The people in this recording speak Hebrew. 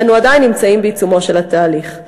ואנו עדיין נמצאים בעיצומו של התהליך.